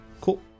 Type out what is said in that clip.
Cool